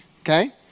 Okay